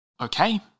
okay